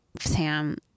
sam